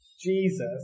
Jesus